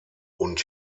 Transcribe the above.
und